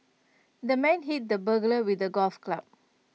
the man hit the burglar with A golf club